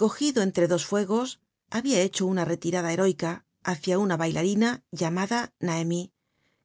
cogido entre dos fuegos habia hecho una retirada heroica hácia una bailarina llamada nahemy